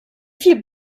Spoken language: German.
viel